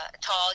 tall